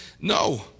No